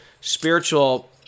Spiritual